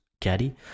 Caddy